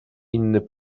inny